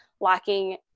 lacking